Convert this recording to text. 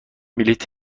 بلیط